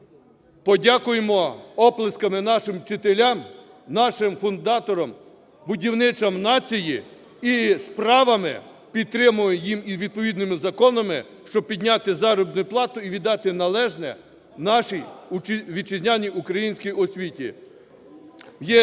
подякуймо оплесками нашим вчителям, нашим фундаторам, будівничим нації і справами підтримаймо їм, і відповідними законами, щоб підняти заробітну плату і віддати належне нашій вітчизняній українській освіті.